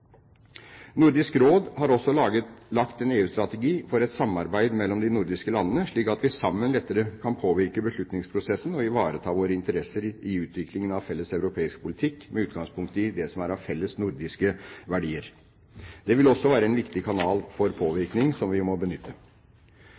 Nordisk Råd har også lagt en EU-strategi for et samarbeid mellom de nordiske landene, slik at vi sammen lettere kan påvirke beslutningsprosessen og ivareta våre interesser i utviklingen av en felles europeisk politikk med utgangspunkt i det som er av felles nordiske verdier. Det vil også være en viktig kanal for